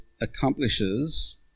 accomplishes